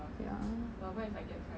ya